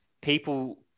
people